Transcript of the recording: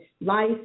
life